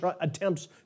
attempts